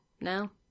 now